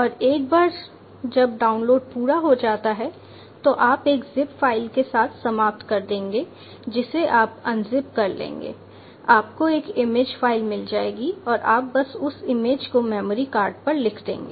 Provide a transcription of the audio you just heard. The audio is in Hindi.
और एक बार जब डाउनलोड पूरा हो जाता है तो आप एक ज़िप फ़ाइल के साथ समाप्त कर देंगे जिसे आप अनज़िप कर लेंगे आपको एक इमेज फ़ाइल मिल जाएगी और आप बस उस इमेज को मेमोरी कार्ड पर लिख देंगे